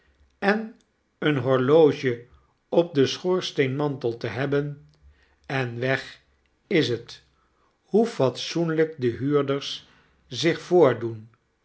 en een horloge op den schoorsteenmantel te hebben en weg is het hoe fatsoenlijk de huurders zich voordoen